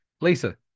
Lisa